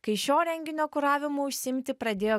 kai šio renginio kuravimu užsiimti pradėjo